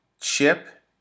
Chip